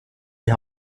die